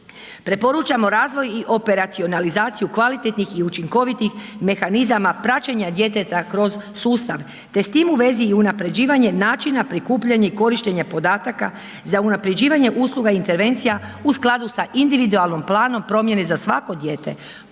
Preporučamo razvoj i operacionalizaciju kvalitetnih i učinkovitih mehanizama praćenja djeteta kroz sustav te s tim u vezi i unaprjeđivanje načina, prikupljanja i korištenja podataka za unaprjeđivanje usluga intervencija u skladu sa individualnim planom promjene za svako dijete